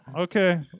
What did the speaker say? Okay